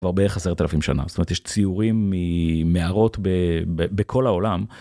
כבר בערך עשרת אלפים שנה, זאת אומרת יש ציורים ממערות בכל העולם.